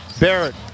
Barrett